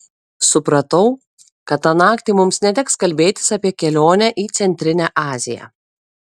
supratau kad tą naktį mums neteks kalbėtis apie kelionę į centrinę aziją